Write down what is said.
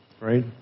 right